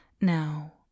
Now